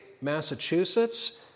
Massachusetts